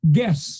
Guess